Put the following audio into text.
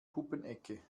puppenecke